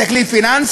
זה כלי פיננסי,